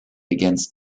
against